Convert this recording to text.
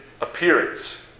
appearance